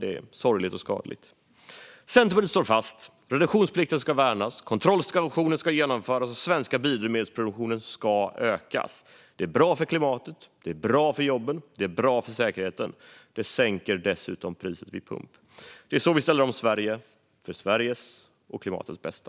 Centerpartiet står fast vid att reduktionsplikten ska värnas, att kontrollstationer ska genomföras och att den svenska biodrivmedelsproduktionen ska öka. Det är bra för klimatet, bra för jobben och bra för säkerheten. Det sänker dessutom priset vid pump. Det är så vi ställer om Sverige - för Sveriges och klimatets bästa.